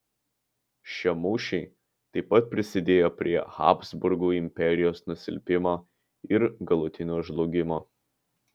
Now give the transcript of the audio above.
šie mūšiai taip pat prisidėjo prie habsburgų imperijos nusilpimo ir galutinio žlugimo